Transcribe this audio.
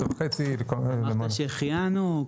10:30. אמרת שהחיינו.